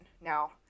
Now